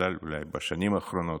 ובכלל בשנים האחרונות,